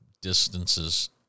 distances